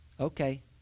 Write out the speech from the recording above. Okay